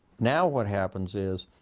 now what happens is,